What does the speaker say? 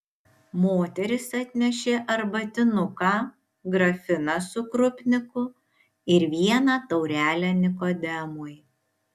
moteris atnešė arbatinuką grafiną su krupniku ir vieną taurelę nikodemui